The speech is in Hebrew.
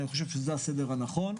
לדעתי זה הסדר הנכון.